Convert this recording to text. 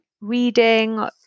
reading